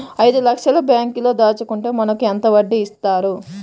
ఐదు లక్షల బ్యాంక్లో దాచుకుంటే మనకు ఎంత వడ్డీ ఇస్తారు?